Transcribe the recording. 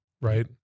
right